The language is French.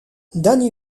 danny